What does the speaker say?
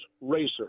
racer